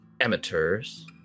amateurs